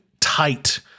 tight